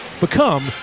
Become